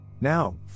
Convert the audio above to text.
Now